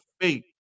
faith